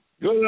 Good